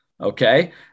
okay